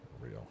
Real